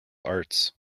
arts